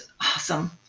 awesome